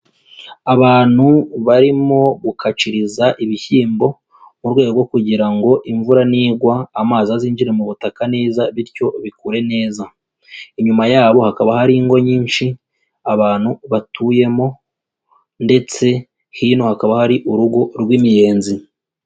Abantu barimo gukaciriza ibishyimbo mu rwego kugira ngo imvura nigwa amazi azinjire mu butaka neza bityo bikure neza, inyuma yabo hakaba hari ingo nyinshi, abantu batuyemo ndetse hino hakaba hari rw'imiyenzi.